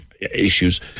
issues